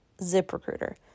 ZipRecruiter